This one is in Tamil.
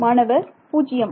மாணவர் 0